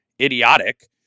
idiotic